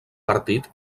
partit